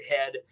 head